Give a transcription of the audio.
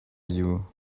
you